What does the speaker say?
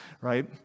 right